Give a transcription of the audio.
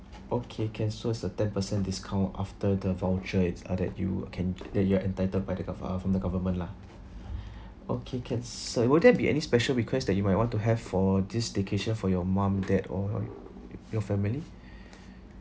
okay can so it's a ten percent discount after the voucher it's uh that you can that you are entitled by the gov~ uh from the government lah okay can so will there be any special request that you might want to have for this vacation for your mum dad or y~ your family